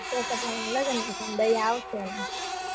પોપટલાલના લગન નઇ થાયને દયા આવશે નઇ